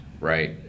right